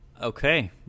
Okay